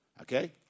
Okay